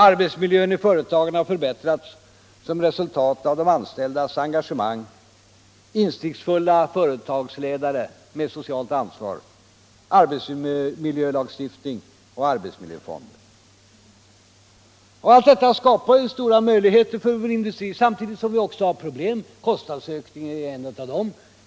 Arbetsmiljön i företagen har förbättrats som resultat av de anställdas engagemang, insiktsfulla företagsledare med socialt ansvar, arbetsmiljölagstiftning och arbetsmiljöfonder. Allt detta skapar stora möjligheter för vår industri. Men samtidigt har vi problem. Kostnadsökningarna är ett av dessa problem.